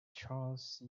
charles